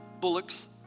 bullocks